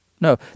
No